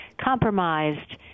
compromised